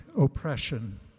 oppression